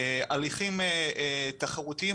הליכים תחרותיים,